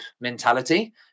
mentality